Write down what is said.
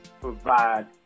provide